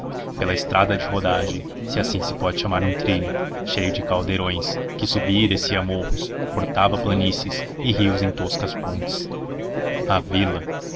pela estrada de rodagem se assim se pode chamar um trilho cheio de caldeirões que subia e descia morros cortava planícies e rios em toscas pontes a vila